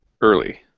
early